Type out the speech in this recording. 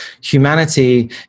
humanity